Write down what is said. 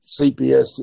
CPS